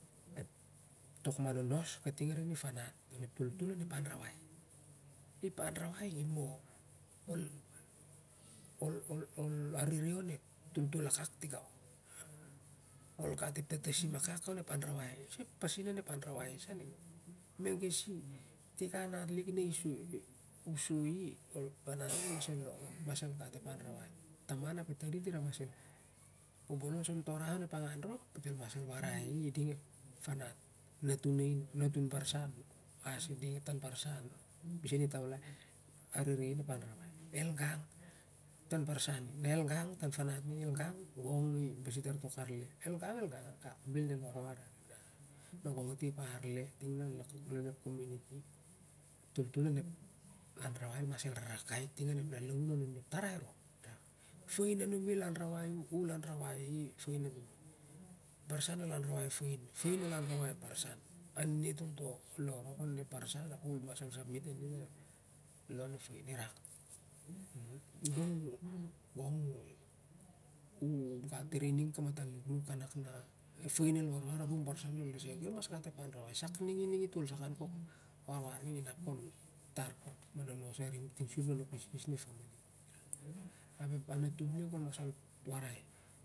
Tok manonos kating arin ep farat onep toltol onep anrawai i anrawai i mo ol arere onep toltol akak tigau olgat ep tata sim akak one anrawaai i sa ep pasim onep anrawai saning megesi i tik a nanat lik ni soi i anat lik ning el mal gat ep anrawai ap ellong el mas gat ep anrawai taman ep e tardit bobolor on to rah rop del mas wara i ding tambaisan o bisen i taulei arerei onep anrawai elgang na ep tanbarsen ning el gang gong i basi tar tok arle elgang elgang akak sa bil del warwar anin magang ati ep arle ting len lakman ep toltol on ep anrawai el mas lantin ting on ep lalaun munep tarai rop